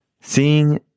Seeing